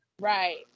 right